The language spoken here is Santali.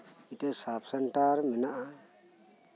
ᱢᱤᱫ ᱴᱤᱱ ᱥᱟᱵᱽᱼᱥᱮᱱᱴᱟᱨ ᱢᱮᱱᱟᱜᱼᱟ